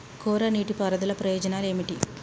కోరా నీటి పారుదల ప్రయోజనాలు ఏమిటి?